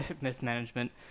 mismanagement